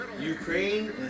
Ukraine